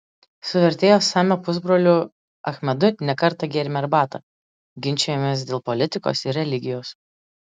su vertėjo samio pusbroliu achmedu ne kartą gėrėme arbatą ginčijomės dėl politikos ir religijos